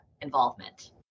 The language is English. involvement